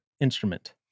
instrument